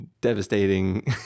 devastating